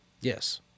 Yes